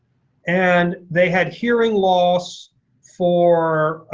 and they had hearing loss for